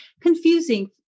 confusing